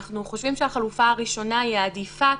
אנחנו חושבים שהחלופה הראשונה היא העדיפה.